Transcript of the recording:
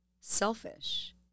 selfish